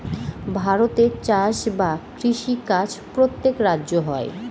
ভারতে চাষ বা কৃষি কাজ প্রত্যেক রাজ্যে হয়